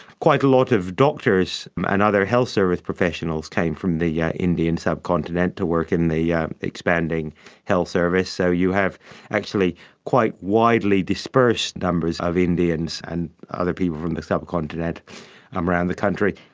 quite a lot of doctors and other health service professionals came from the yeah indian subcontinent to work in the yeah expanding health service, so you have actually quite widely disbursed numbers of indians and other people from the subcontinent um around the country.